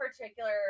particular